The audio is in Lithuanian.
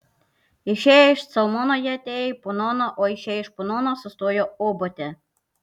išėję iš calmono jie atėjo į punoną o išėję iš punono sustojo obote